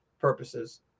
purposes